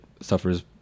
suffers